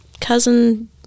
cousin